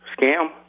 scam